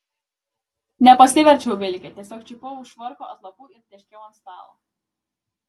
nepasiverčiau vilke tiesiog čiupau už švarko atlapų ir tėškiau ant stalo